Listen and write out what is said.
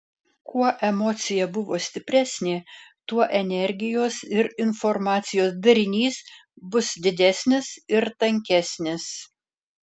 kuo emocija buvo stipresnė tuo energijos ir informacijos darinys bus didesnis ir tankesnis